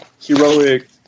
heroic